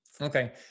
Okay